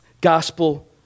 gospel